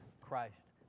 Christ